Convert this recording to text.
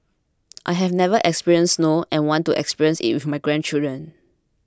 I have never experienced snow and want to experience it with my grandchildren